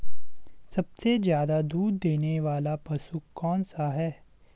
सबसे ज़्यादा दूध देने वाला पशु कौन सा है?